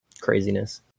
craziness